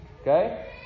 okay